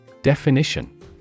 Definition